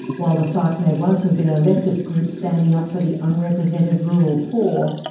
while the farc may once have been a leftist group standing up for the unrepresented rural poor,